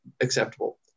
acceptable